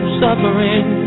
suffering